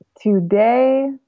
Today